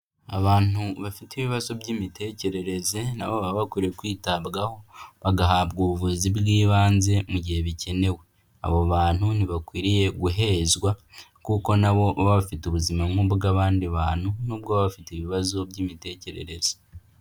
Abantu bafite ibibazo by'imitekerereze na bo baba bakwiye kwitabwaho bagahabwa ubuvuzi bw'ibanze mu gihe bikenewe, abo bantu ntibakwiriye guhezwa kuko nabo baba bafite ubuzima nk'ubw'abandi bantu, nubwo baba bafite ibibazo by'imitekerereze.